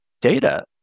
data